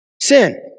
Sin